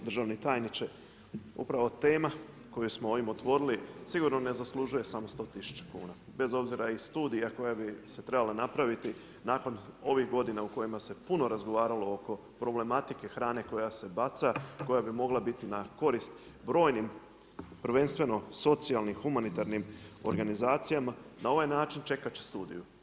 Državni tajniče, upravo tema koju smo ovim otvorili sigurno ne zaslužuje samo 100 000 kuna bez obzira i studija koja bi se trebala napraviti nakon ovih godina u kojima se puno razgovaralo oko problematike hrane koja se baca, koja bi mogla biti na korist brojnim prvenstveno socijalnim, humanitarnim organizacijama na ovaj način čekat će studiju.